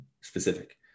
specific